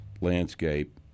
landscape